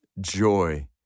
joy